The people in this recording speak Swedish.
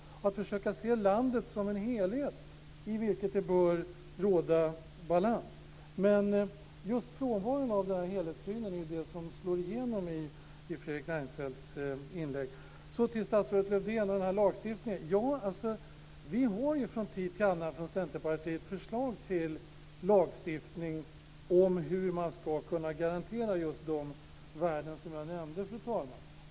Det gäller att försöka se landet som en helhet som det bör råda balans i. Just frånvaron av den här helhetssynen är det som slår igenom i Fredrik Så till statsrådet Lövdén och den här lagstiftningen: Vi har ju från tid till annan från Centerpartiet förslag till lagstiftning om hur man ska kunna garantera just de värden som jag nämnde, fru talman.